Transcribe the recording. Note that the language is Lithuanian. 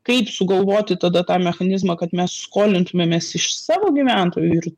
kaip sugalvoti tada tą mechanizmą kad mes skolintumėmės iš savo gyventojų ir